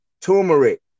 turmeric